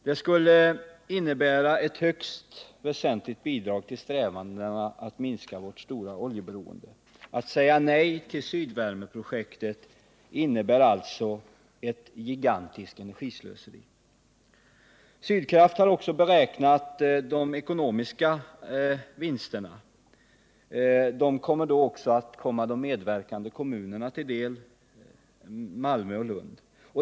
Det skulle innebära ett högst väsentligt bidrag till strävandena att minska vårt stora oljeberoende. Att säga nej till Sydvärmeprojektet innebär alltså ett gigantiskt energislöseri. Sydkraft har också beräknat de ekonomiska vinsterna. Dessa kommer även att tillfalla de medverkande kommunerna Malmö och Lund.